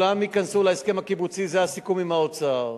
זה הסיכום עם האוצר.